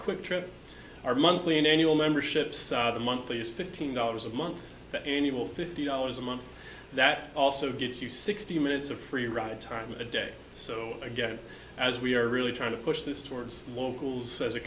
quick trip or monthly an annual memberships the monthly is fifteen dollars a month that enable fifty dollars a month that also gets you sixty minutes of free ride time a day so again as we are really trying to push this towards locals as a